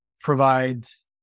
provides